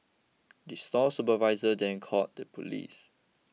the store supervisor then called the police